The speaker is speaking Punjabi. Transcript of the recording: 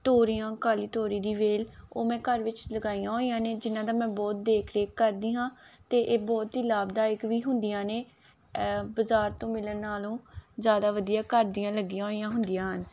ਤੋਰੀਆਂ ਕਾਲੀ ਤੋਰੀ ਦੀ ਵੇਲ ਉਹ ਮੈਂ ਘਰ ਵਿੱਚ ਲਗਾਈਆਂ ਹੋਈਆਂ ਨੇ ਜਿਨ੍ਹਾਂ ਦਾ ਮੈਂ ਬਹੁਤ ਦੇਖ ਰੇਖ ਕਰਦੀ ਹਾਂ ਅਤੇ ਇਹ ਬਹੁਤ ਹੀ ਲਾਭਦਾਇਕ ਵੀ ਹੁੰਦੀਆਂ ਨੇ ਇਹ ਬਾਜ਼ਾਰ ਤੋਂ ਮਿਲਣ ਨਾਲੋਂ ਜ਼ਿਆਦਾ ਵਧੀਆ ਘਰਦੀਆਂ ਲੱਗੀਆਂ ਹੋਈਆਂ ਹੁੰਦੀਆਂ ਹਨ